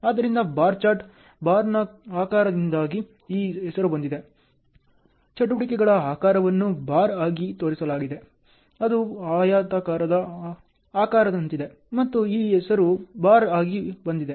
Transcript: ಆದ್ದರಿಂದ bar chart ಬಾರ್ನ ಆಕಾರದಿಂದಾಗಿ ಈ ಹೆಸರು ಬಂದಿದೆ ಚಟುವಟಿಕೆಗಳ ಆಕಾರವನ್ನು ಬಾರ್ ಆಗಿ ತೋರಿಸಲಾಗಿದೆ ಅದು ಆಯತಾಕಾರದ ಆಕಾರದಂತಿದೆ ಮತ್ತು ಈ ಹೆಸರು ಬಾರ್ ಆಗಿ ಬಂದಿದೆ